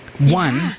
one